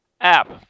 app